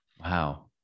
wow